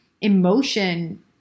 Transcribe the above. emotion